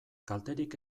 kalterik